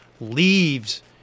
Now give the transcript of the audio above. leaves